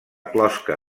closca